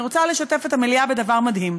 אני רוצה לשתף את המליאה בדבר מדהים.